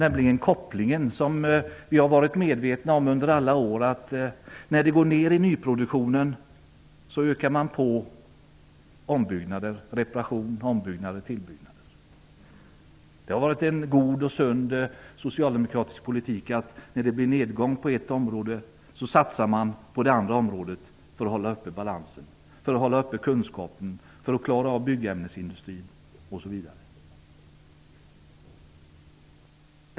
Vi har under alla år varit medvetna om att när nyproduktionen går ned ökar man ombyggnader, reparationer och tillbyggnader. Det har varit en god och sund socialdemokratisk politik att när det blir nedgång på ett område satsar man på det andra området för att hålla balansen, för att hålla uppe kunskapen, för att klara byggämnesindustrin osv.